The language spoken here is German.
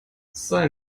sei